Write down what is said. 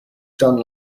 done